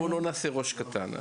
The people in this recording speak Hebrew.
בואו לא נעשה ראש קטן.